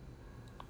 oh